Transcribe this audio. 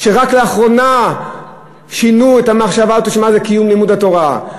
כשרק לאחרונה שינו את המחשבה לגבי מה זה קיום לימוד התורה.